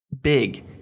big